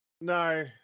no